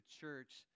church